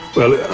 well,